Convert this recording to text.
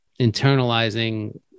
internalizing